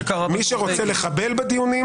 כמו שקרה ----- מי שרוצה לחבל בדיונים